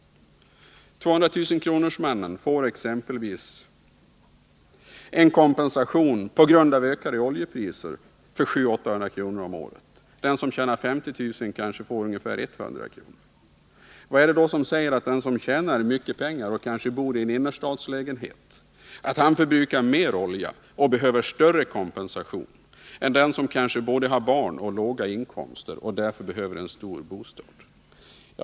200 000-kronorsmannen får en skattekompensation för ökade oljepriser som uppgår till 700-800 kr. om året. Den som tjänar 50 000 får däremot en skattesänkning på bara 100 kr. Vad är det som säger att den som tjänar mycket pengar och kanske bor i en innerstadslägenhet förbrukar mer olja och behöver större kompensation än den som kanske både har barn och låga inkomster och därför behöver en stor bostad?